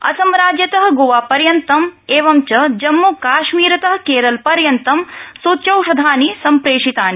असमराज्यत गोवापर्यन्तम् एवं च जम्मूकाश्मीरत केरलपर्यन्तं सूच्यौषधानि सम्प्रेषितानि